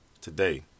today